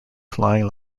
flying